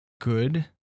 good